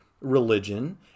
religion